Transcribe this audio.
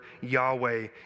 Yahweh